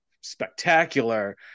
spectacular